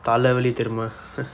தல வலி தெரியுமா:thala vali theriyumaa